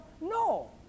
No